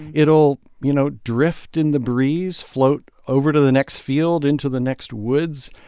it'll, you know, drift in the breeze, float over to the next field, into the next woods.